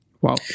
Wow